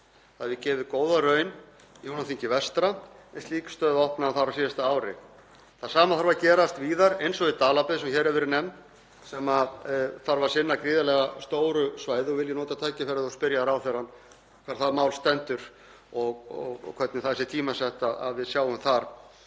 Það hefur gefið góða raun í Húnaþingi vestra, en slík stöð opnaði þar á síðasta ári. Það sama þarf að gerast víðar, eins og í Dalabyggð sem hér hefur verið nefnd sem þarf að sinna gríðarlega stóru svæði. Vil ég nota tækifærið og spyrja ráðherrann hvar það mál stendur og hvernig það sé tímasett að við sjáum þar